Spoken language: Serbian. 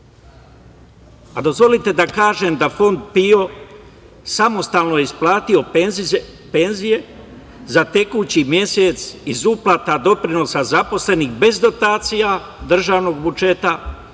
u dan. Dozvolite da kažem da je Fond PIO samostalno isplatio penzije za tekući mesec iz uplata doprinosa zaposlenih bez dotacija državnog budžeta i